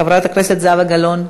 חברת הכנסת זהבה גלאון,